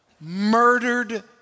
murdered